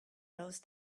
those